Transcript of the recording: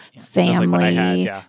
family